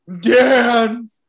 Dan